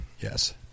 Yes